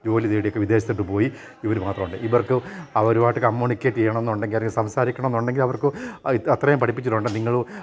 ജോലി തേടിയൊക്കെ വിദേശത്തേക്ക് പോയി ഇവർ മാത്രം ഉണ്ട് ഇവർക്ക് അവ ഒരുപാട് കമ്മൂണിക്കേറ്റ് ചെയ്യണമെന്നുണ്ടെങ്കിൽ അല്ലെങ്കിൽ സംസാരിക്കണമെന്നുണ്ടെങ്കിൽ അവർക്ക് അത്രയും പഠപ്പിച്ചിട്ടുണ്ട് നിങ്ങൾ